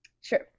Sure